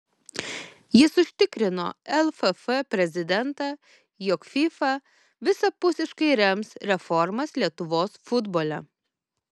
jis užtikrino lff prezidentą jog fifa visapusiškai rems reformas lietuvos futbole